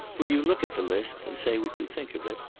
will you look at the list and say what you think of it?